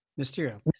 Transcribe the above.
Mysterio